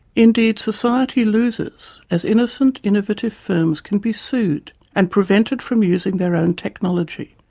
indeed society loses as innocent innovative firms can be sued and prevented from using their own technology.